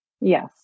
Yes